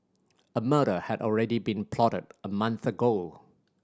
a murder had already been plotted a month ago